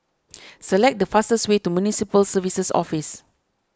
select the fastest way to Municipal Services Office